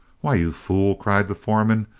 why, you fool, cried the foreman,